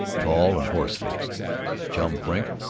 tall and horse-faced chum frink,